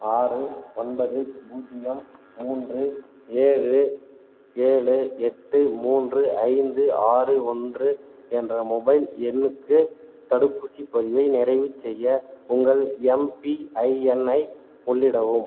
ஆறு ஒன்பது பூஜ்ஜியம் மூன்று ஏழு ஏழு எட்டு மூன்று ஐந்து ஆறு ஒன்று என்ற மொபைல் எண்ணுக்கு தடுப்பூசிப் பதிவை நிறைவுசெய்ய உங்கள் எம்பிஐஎன் ஐ உள்ளிடவும்